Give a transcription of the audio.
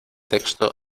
texto